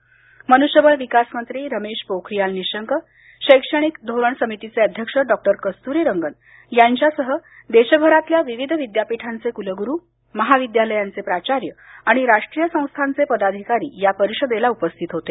परिषदेला मनुष्यबळ विकास मंत्री रमेश पोखरीयाल निशंक शैक्षणिक धोरण समितीचे अध्यक्ष डॉक्टर कस्तुरीरंगन यांच्यासह देशभरातल्या विविध विद्यापीठांचे कुलगुरू महाविद्यालयांचे प्राचार्य आणि राष्ट्रीय संस्थांचे पदाधिकारी या परिषदेला उपस्थित होते